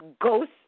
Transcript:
ghost